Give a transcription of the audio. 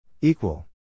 Equal